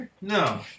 No